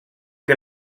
que